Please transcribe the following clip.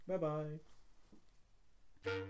Bye-bye